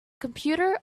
computer